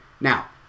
Now